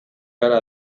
gara